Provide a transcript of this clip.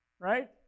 right